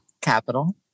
Capital